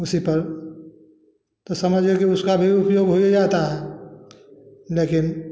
उसी पर समझिये की उसका भी उपयोग होइये जाता है लेकिन